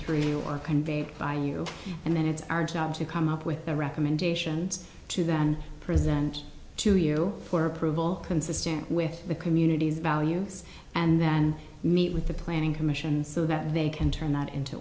you or conveyed by you and then it's our job to come up with the recommendations to then present to you for approval consistent with the communities values and then meet with the planning commission so that they can turn that into